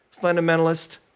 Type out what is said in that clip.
fundamentalist